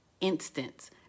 instance